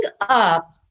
up